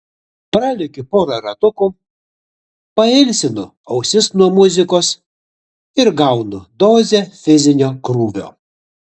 pralekiu porą ratukų pailsinu ausis nuo muzikos ir gaunu dozę fizinio krūvio